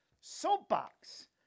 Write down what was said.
soapbox